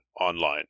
online